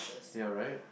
they are right